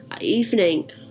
evening